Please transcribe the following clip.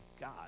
God